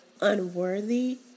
unworthy